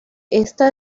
esta